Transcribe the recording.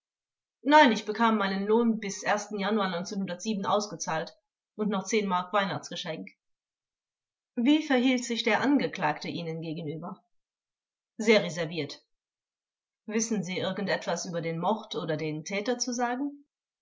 nein ich bekam meinen lohn bis januar ausgezahlt und noch zehn mark beinah als wie verhielt sich der angeklagte ihnen gegenüber zeuge sehr reserviert vors wissen sie irgend etwas über den mord oder den täter zu sagen